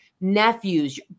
nephews